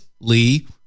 Lee